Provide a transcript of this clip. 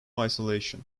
isolation